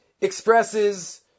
expresses